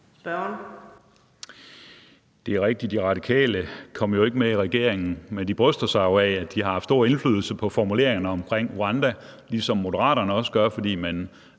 Spørgeren.